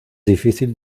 difícil